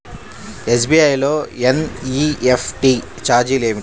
SBI లో NEFT ఛార్జీలు ఏమిటి?